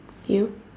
you